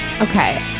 Okay